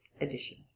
edition